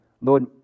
Lord